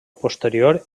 posterior